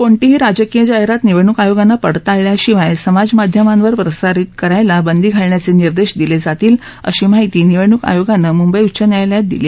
कोणतीही राजकीय जाहीरात निवडणूक आयोगानं पडताळल्याशिवाय समाजमाध्यमांवर प्रसारित करायला बंदी घालण्याचे निर्देश दिले जातील अशी माहिती निवडणूक आयोगानं मुंबई उच्च न्यायालयात दिली